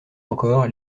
encore